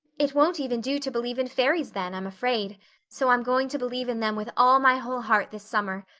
it won't even do to believe in fairies then, i'm afraid so i'm going to believe in them with all my whole heart this summer.